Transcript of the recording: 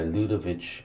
Ludovic